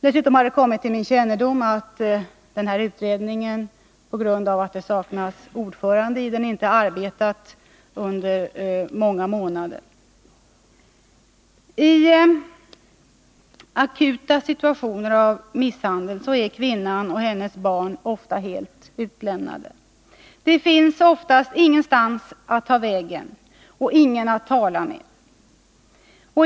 Dessutom har det kommit till min kännedom att utredningen, på grund av att det saknas ordförande, under många månader inte arbetat. I akuta situationer av misshandel är kvinnan och hennes barn ofta helt utlämnade. Det finns oftast ingenstans att ta vägen och ingen att tala med.